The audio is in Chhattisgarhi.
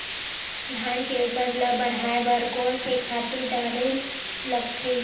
धान के उपज ल बढ़ाये बर कोन से खातु डारेल लगथे?